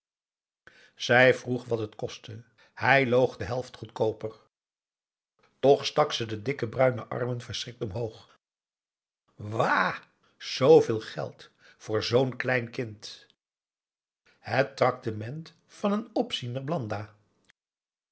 zij vroeg wat het kostte hij loog de helft goedkooper toch stak ze de dikke bruine armen verschrikt omhoog w zooveel geld voor zoo'n klein kind het tractement van een opziener blanda